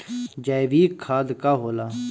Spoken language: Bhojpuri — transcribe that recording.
जैवीक खाद का होला?